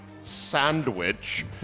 Sandwich